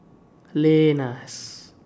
Lenas